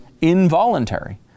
involuntary